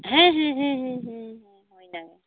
ᱦᱮᱸ ᱦᱮᱸ ᱦᱮᱸ ᱦᱮᱸ